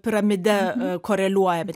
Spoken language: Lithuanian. piramide koreliuoja bet